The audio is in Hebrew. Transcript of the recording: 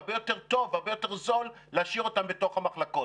והרבה יותר טוב והרבה יותר זול להשאיר אותם בתוך המחלקות.